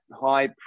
high